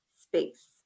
space